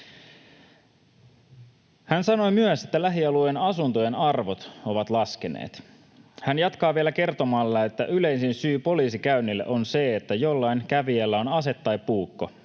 Hän sanoi myös, että lähialueen asuntojen arvot ovat laskeneet. Hän jatkaa vielä kertomalla, että yleisin syy poliisikäynnille on se, että jollain kävijällä on ase tai puukko